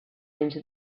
into